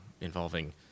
involving